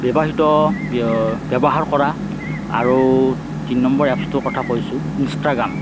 বিবাহীত ব্যৱহাৰ কৰা আৰু তিনি নম্বৰ এপচটোৰ কথা কৈছোঁ ইঞ্চটাগ্ৰাম